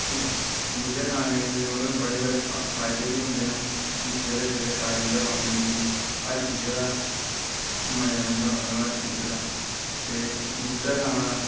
ते बूह्टे लाने कन्नै मतलव बड़े बड़े फायदे बी होंदे न सवेरे सवेरे ताज़ी हवा मिलदी हर चीजा दा मज़ा रौंह्दा मतलव ते बूह्टे लाना